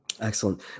Excellent